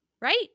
right